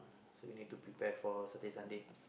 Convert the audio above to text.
so we need to prepare for Saturday Sunday